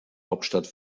hauptstadt